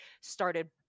started